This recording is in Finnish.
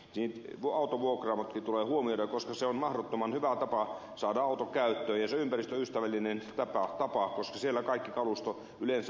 autovuokraamotkin tulee huomioida koska se on mahdottoman hyvä tapa saada auto käyttöön ja se on ympäristöystävällinen tapa koska siellä kaikki kalusto yleensä on poikkeuksetta aivan uutta